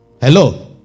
hello